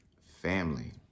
family